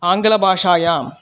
आङ्गलभाषायां